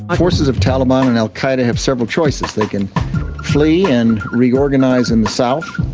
forces of taliban and al-qaida have several choices. they can flee and reorganise in the south,